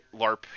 larp